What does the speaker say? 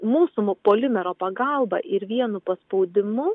mūsų polimero pagalba ir vienu paspaudimu